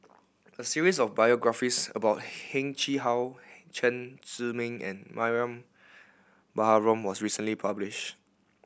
a series of biographies about Heng Chee How Chen Zhiming and Mariam Baharom was recently publish